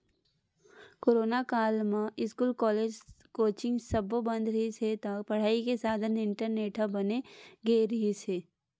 corona काल म school, college, coaching सब्बो बंद रिहिस हे त पड़ई के साधन इंटरनेट ह बन गे रिहिस हे